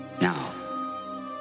Now